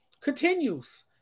continues